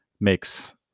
makes